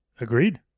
Agreed